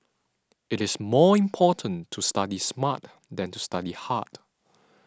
it is more important to study smart than to study hard